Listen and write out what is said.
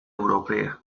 europea